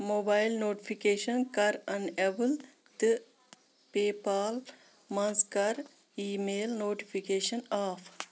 mobile notification کَر enable تہٕ PayPal منٛز کَر ای میل نوٹفکیشن آف